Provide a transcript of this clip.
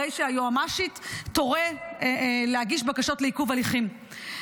הרי שהיועמ"שית תורה להגיש בקשות לעיכוב הליכים.